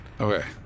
Okay